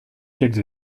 qu’elles